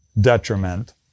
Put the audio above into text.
detriment